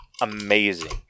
amazing